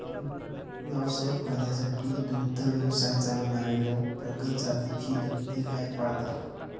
व्यावसायिक फायद्यासाठी दुग्ध व्यवसाय चालवणारे लोक प्रगत जातीची दुभती गाय पाळतात